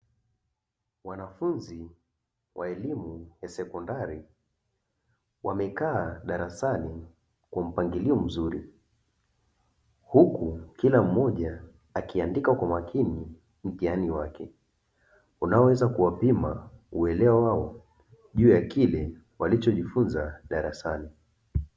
Wanafunzi wa elimu ya sekondari, wamekaa darasani kwa mpangilio mzuri, huku kila mmoja akiandika kwa makini mtihani wake, unaoweza kuwapima uelewa wao juu ya kile walichojifunza darasani.